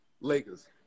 Lakers